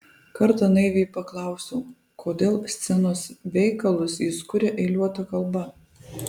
kartą naiviai paklausiau kodėl scenos veikalus jis kuria eiliuota kalba